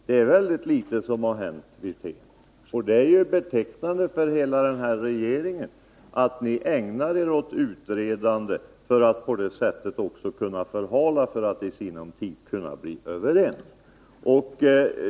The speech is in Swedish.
Herr talman! Det är väldigt litet som har hänt, Rolf Wirtén. Det är betecknande för hela regeringen att ni ägnar er åt utredande för att på det sättet också kunna förhala frågan — för att i sinom tid kunna bli överens.